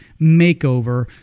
makeover